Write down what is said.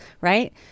right